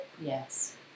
Yes